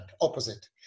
opposite